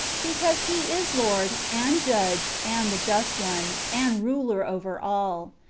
because he is lord, and judge, and the just one, and ruler over all.